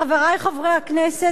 חברי חברי הכנסת,